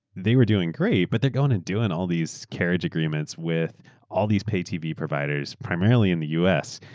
they were doing great but they go and and do and all this carriage agreements with all these pay tv providers primarily in the us.